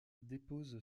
dépose